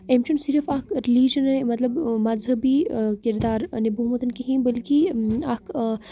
أمۍ چھُنہٕ صرف اَکھ رِلِجَنٕے مطلب مذہبی کِردار نِبومُت کِہیٖنۍ بٔلکہِ اَکھ